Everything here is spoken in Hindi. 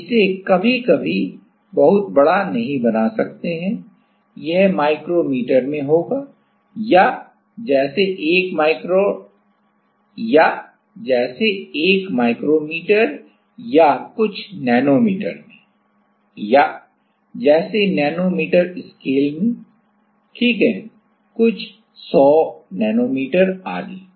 हम इसे कभी कभी बहुतबड़ा नहीं बना सकते यह माइक्रोमीटर में होगा या जैसे 1 माइक्रोमीटर या कुछ नैनोमीटर में या जैसे नैनोमीटर स्केल में ठीक है कुछ 100 नैनोमीटर आदि